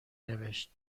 نوشت